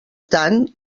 tant